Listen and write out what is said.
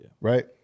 right